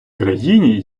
країні